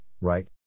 right